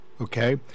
okay